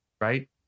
right